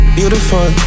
Beautiful